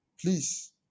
Please